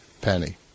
penny